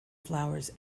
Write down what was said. flowers